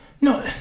No